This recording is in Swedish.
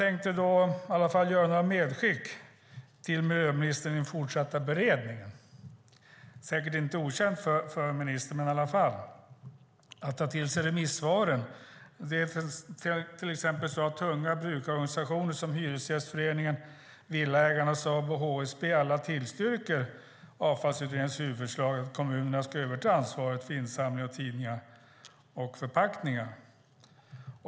Låt mig göra några medskick till miljöministern i den fortsatta beredningen. Det är säkert inget okänt för ministern att det är viktigt att ta till sig remissvaren. Till exempel tillstyrker tunga brukarorganisationer som Hyresgästföreningen, Villaägarna, Sabo och HSB Avfallsutredningens huvudförslag att kommunerna ska överta ansvaret för insamlingen av tidningar och förpackningar.